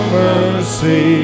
mercy